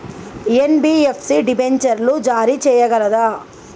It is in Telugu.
ఎన్.బి.ఎఫ్.సి డిబెంచర్లు జారీ చేయగలదా?